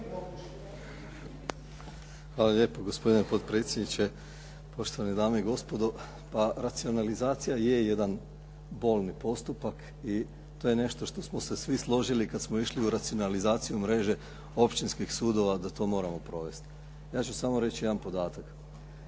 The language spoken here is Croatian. Hvala lijepo gospodine potpredsjedniče, poštovane dame i gospodo. Pa racionalizacija je jedan bolni postupak i to je nešto što smo se svi složili kad smo išli u racionalizaciju mreže općinskih sudova da to moramo provesti. Ja ću samo reći jedan podatak.